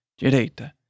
direita